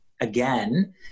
again